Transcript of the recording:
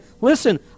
Listen